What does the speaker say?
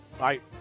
right